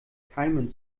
keimen